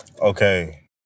Okay